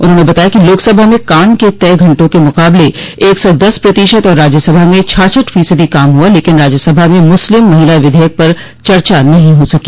उन्होंने बताया कि लोकसभा में काम के तय घंटों के मुकाबले एक सौ दस प्रतिशत और राज्यसभा में छाछठ फीसदी काम हुआ लेकिन राज्यसभा में मुस्लिम महिला विधेयक पर चर्चा नहीं हो सकी